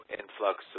influx